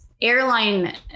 airline